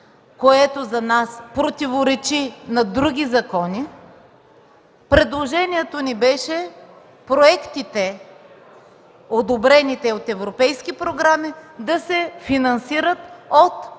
което за нас противоречи на други закони, предложението ни беше одобрените проекти от европейски програми да се финансират от